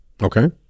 Okay